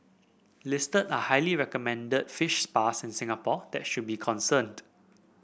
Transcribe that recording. listed are highly recommended fish spas in Singapore that should be concerned